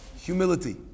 humility